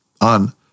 on